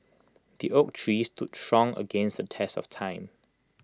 the oak tree stood strong against the test of time